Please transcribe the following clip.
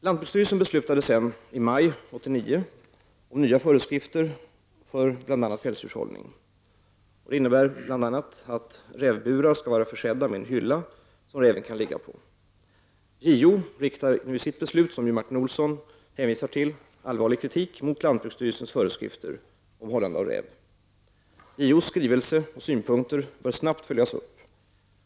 Lantbruksstyrelsen beslutade därefter i maj 1989 om nya föreskrifter för bl.a. pälsdjurshållning, vilka exempelvis innebär att rävburar skall vara försedda med en hylla som räven kan ligga på. JO riktar i sitt beslut som Martin Olsson hänvisar till allvarlig kritik mot lantbruksstyrelsens föreskrifter om hållande av räv. JOs skrivelse och synpunkter bör snabbt följas upp.